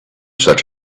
such